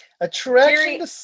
Attraction